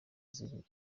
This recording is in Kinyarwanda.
ziri